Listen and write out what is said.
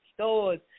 stores